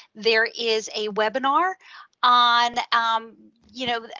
there is a webinar on, um you know,